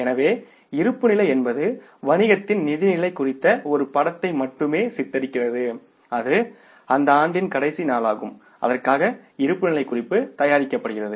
எனவே இருப்புநிலை என்பது வணிகத்தின் நிதி நிலை குறித்த ஒரு படத்தை மட்டுமே சித்தரிக்கிறது அது அந்த ஆண்டின் கடைசி நாளாகும் அதற்காக இருப்புநிலை குறிப்பு தயாரிக்கப்படுகிறது